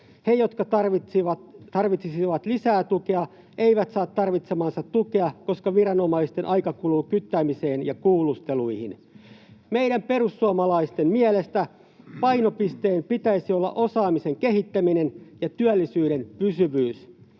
He, jotka tarvitsisivat lisää tukea, eivät saa tarvitsemaansa tukea, koska viranomaisten aika kuluu kyttäämiseen ja kuulusteluihin. Meidän perussuomalaisten mielestä painopisteen pitäisi olla osaamisen kehittäminen ja työllisyyden pysyvyys.